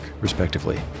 respectively